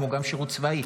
כמו גם שירות צבאי.